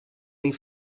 myn